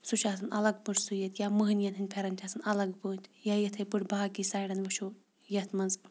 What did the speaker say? سُہ چھُ آسان الگ پٲٹھۍ سُوِتھ یا مٔہنِوٮ۪ن ہِنٛدۍ پھٮ۪رَن چھِ آسان الگ پٲٹھۍ یا یِتھَے پٲٹھۍ باقی سایڈَن وٕچھو یَتھ منٛز